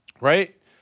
Right